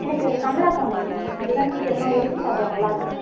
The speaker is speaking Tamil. எனக்கு கமலா காமிங்க அது தான் சீக்கிரமாக உரிச்சு சாப்பிட நல்லாயிருக்கும்